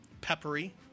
peppery